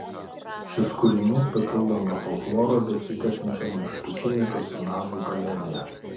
šis kūrinys papildo nuo folkloro besitęsiančią nykštukinių personažų galeriją